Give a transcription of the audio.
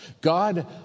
God